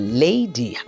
lady